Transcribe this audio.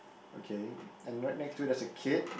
okay and right next to it there's a kid